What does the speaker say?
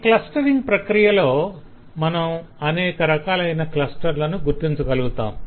ఈ క్లస్టరింగ్ ప్రక్రియలో మనం అనేక రకాలైన క్లస్టర్లను గుర్తించగలుగుతాం